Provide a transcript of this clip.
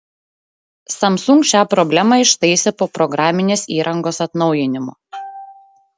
samsung šią problemą ištaisė po programinės įrangos atnaujinimo